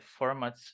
formats